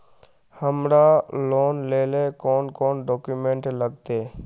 हमरा लोन लेले कौन कौन डॉक्यूमेंट लगते?